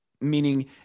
meaning